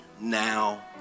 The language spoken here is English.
now